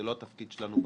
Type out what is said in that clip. זה לא התפקיד שלנו בכנסת.